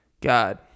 God